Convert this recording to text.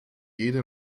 jede